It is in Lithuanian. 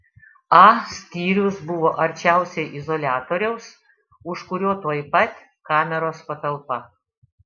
a skyrius buvo arčiausiai izoliatoriaus už kurio tuoj pat kameros patalpa